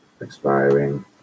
expiring